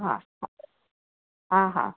हा हा हा